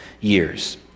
years